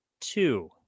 two